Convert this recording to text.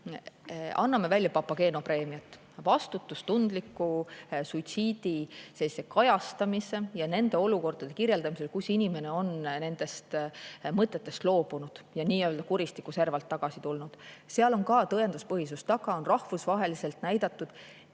Anname seda välja suitsiidi vastutustundliku kajastamise ja nende olukordade kirjeldamise eest, kus inimene on nendest mõtetest loobunud ja nii-öelda kuristiku servalt tagasi tulnud. Seal on ka tõenduspõhisus taga. On rahvusvaheliselt näidatud,